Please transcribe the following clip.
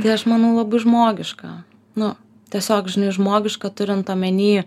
tai aš manau labai žmogiška nu tiesiog žinai žmogiška turint omeny